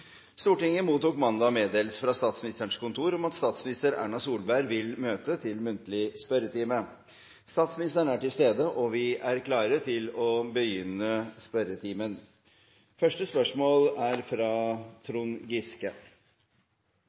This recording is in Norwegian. Stortinget mottok mandag meddelelse fra Statsministerens kontor om at statsminister Erna Solberg vil møte til muntlig spørretime. Statsministeren er til stede, og vi er klare til å starte den muntlige spørretimen. Første hovedspørsmål er fra representanten Trond Giske.